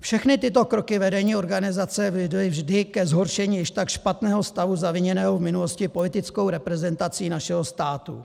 Všechny tyto kroky vedení organizace vedly vždy ke zhoršení již tak špatného stavu zaviněného v minulosti politickou reprezentací našeho státu.